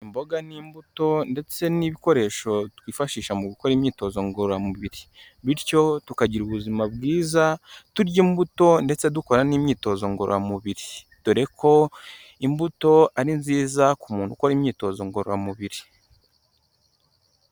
Imboga n'imbuto ndetse n'ibikoresho twifashisha mu gukora imyitozo ngororamubiri, bityo tukagira ubuzima bwiza turya imbuto ndetse dukora n'imyitozo ngororamubiri, dore ko imbuto ari nziza ku muntu ukora imyitozo ngororamubiri.